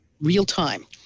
real-time